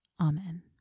Amen